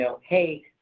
hey